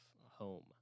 home